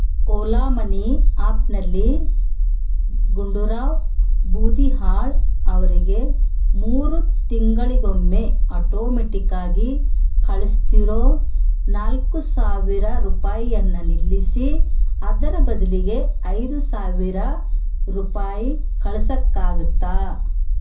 Ola money ಆ್ಯಪ್ನಲ್ಲಿ ಗುಂಡೂರಾವ್ ಬೂದಿಹಾಳ್ ಅವರಿಗೆ ಮೂರು ತಿಂಗಳಿಗೊಮ್ಮೆ ಅಟೋಮೆಟಿಕ್ಕಾಗಿ ಕಳಿಸ್ತಿರೋ ನಾಲ್ಕು ಸಾವಿರ ರೂಪಾಯಿಯನ್ನ ನಿಲ್ಲಿಸಿ ಅದರ ಬದಲಿಗೆ ಐದು ಸಾವಿರ ರೂಪಾಯಿ ಕಳ್ಸಕ್ಕಾಗುತ್ತಾ